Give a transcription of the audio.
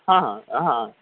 हां हां हां हां